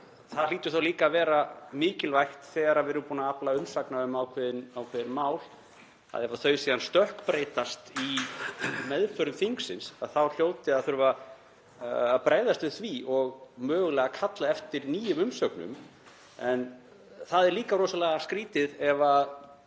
Það hlýtur þá líka að vera mikilvægt þegar við erum búin að afla umsagna um ákveðin mál að ef þau síðan stökkbreytast í meðförum þingsins þá hljóti að þurfa að bregðast við því og mögulega kalla eftir nýjum umsögnum. Það er líka rosalega skrýtið ef